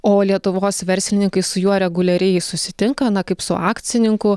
o lietuvos verslininkai su juo reguliariai susitinka na kaip su akcininku